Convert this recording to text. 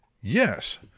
yes